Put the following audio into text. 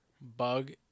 bug